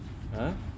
!huh!